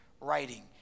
writing